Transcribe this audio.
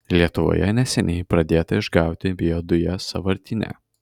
lietuvoje neseniai pradėta išgauti biodujas sąvartyne